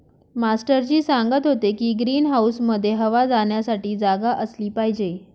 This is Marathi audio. मास्टर जी सांगत होते की ग्रीन हाऊसमध्ये हवा जाण्यासाठी जागा असली पाहिजे